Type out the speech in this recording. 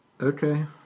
Okay